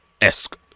esque